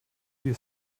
wir